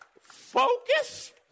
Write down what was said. focus